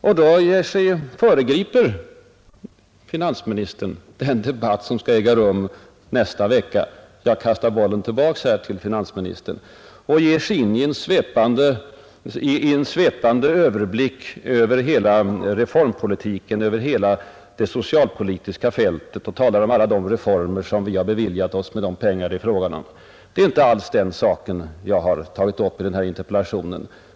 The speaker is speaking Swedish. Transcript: Nu föregriper finansministern den debatt som skall äga rum nästa vecka — jag kastar bollen tillbaka till finansministern — och ger sig in på en svepande överblick över hela reformpolitiken, hela det socialpolitiska fältet, och talar om alla de reformer vi har beviljat oss med de skattepengar vars storlek vi nu diskuterar. Det är inte reformpolitiken som jag har tagit upp i min interpellation.